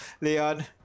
Leon